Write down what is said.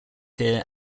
here